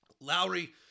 Lowry